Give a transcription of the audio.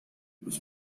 los